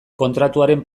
kontratuaren